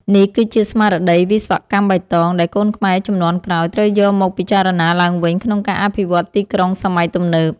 នេះគឺជាស្មារតី វិស្វកម្មបៃតង ដែលកូនខ្មែរជំនាន់ក្រោយត្រូវយកមកពិចារណាឡើងវិញក្នុងការអភិវឌ្ឍទីក្រុងសម័យទំនើប។